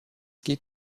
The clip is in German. geht